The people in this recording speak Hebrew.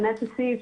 ענת אסיף,